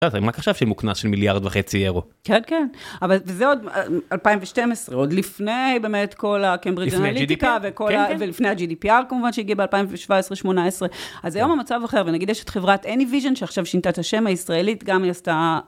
מה זה הם רק עכשיו שילמו קנס של מיליארד וחצי אירו? כן, כן, אבל וזה עוד 2012, עוד לפני באמת כל ה Cambridge Analytica לפני ה GDPR,כן כן, ולפני ה GDPR כמובן שהגיע ב-2017-2018, אז היום המצב אחר, ונגיד יש את חברת Anyvision שעכשיו שינתה את השם, הישראלית, גם היא עשתה.